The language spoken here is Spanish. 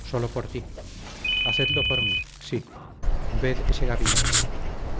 sólo por ti hacedlo por mí sí ved ese gabinete